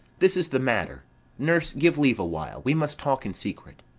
this is the matter nurse, give leave awhile, we must talk in secret.